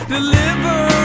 Deliver